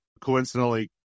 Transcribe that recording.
coincidentally